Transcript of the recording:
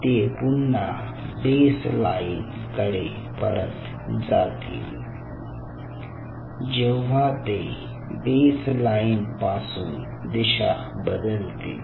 ते पुन्हा बेसलाईन कडे परत जातील जेव्हा ते बेसलाईन पासून दिशा बदलतील